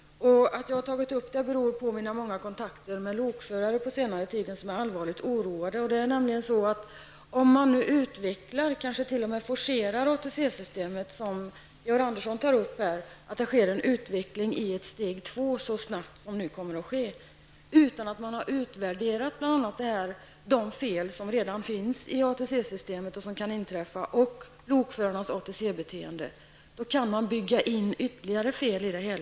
Att jag har tagit upp det beror på mina många kontakter på senare tid med lokförare som är allvarligt oroade. Om man nu utvecklar, kanske t.o.m. forcerar, ATC-systemet som Georg Andersson här tar upp och det sker en utveckling i ett steg två så snabbt som nu kommer att ske utan att man har utvärderat bl.a. de fel som kan inträffa i ATC-systemet och lokförarnas ATC-beteende kan man bygga in ytterligare fel i systemet.